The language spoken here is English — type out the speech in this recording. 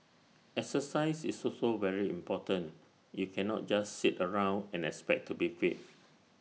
exercise is also very important you cannot just sit around and expect to be fit